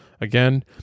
Again